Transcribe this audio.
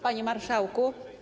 Panie Marszałku!